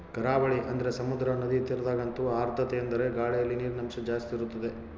ಕರಾವಳಿ ಅಂದರೆ ಸಮುದ್ರ, ನದಿ ತೀರದಗಂತೂ ಆರ್ದ್ರತೆಯೆಂದರೆ ಗಾಳಿಯಲ್ಲಿ ನೀರಿನಂಶ ಜಾಸ್ತಿ ಇರುತ್ತದೆ